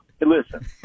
Listen